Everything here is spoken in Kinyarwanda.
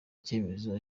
icyemezo